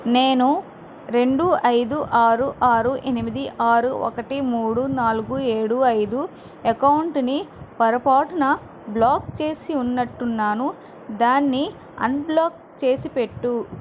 నేను రెండు ఐదు ఆరు ఆరు ఎనిమిది ఆరు ఒకటి మూడు నాలుగు ఏడు ఐదు అకౌంటుని పొరపాటున బ్లాక్ చేసి ఉన్నటున్నాను దాన్ని అన్బ్లాక్ చేసిపెట్టు